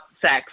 sex